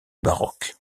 baroque